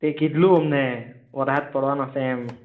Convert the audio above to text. તે કહેલું અમને વરસાદ પડવાનો છે એમ